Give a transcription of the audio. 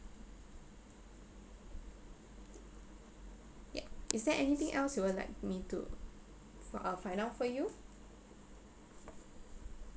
ya is there anything else you would like me to f~ uh find out for you